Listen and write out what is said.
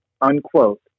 unquote